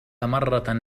مرة